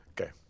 Okay